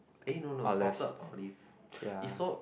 eh no no salted olives is so